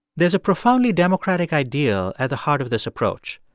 there's a profoundly democratic idea at the heart of this approach.